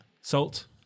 Salt